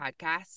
podcast